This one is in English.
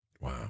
wow